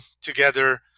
together